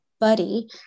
buddy